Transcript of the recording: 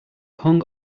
hung